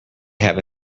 have